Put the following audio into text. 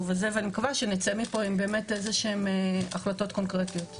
הזה ואני מקווה שנצא מפה עם איזה שהן החלטות קונקרטיות.